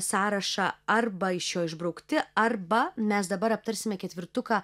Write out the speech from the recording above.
sąrašą arba iš jo išbraukti arba mes dabar aptarsime ketvirtuką